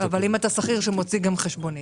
לא, אבל אם אתה שכיר שמוציא גם חשבונית